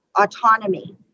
autonomy